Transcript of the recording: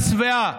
שבעה,